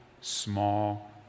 small